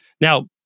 Now